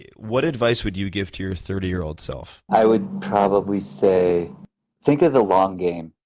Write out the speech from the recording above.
what advice would you give to your thirty year old self? i would probably say think of the long game.